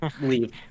leave